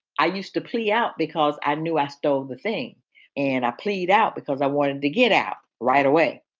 i used to play out because i knew i stole the thing and i plead out because i wanted to get out right away.